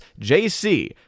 JC